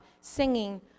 singing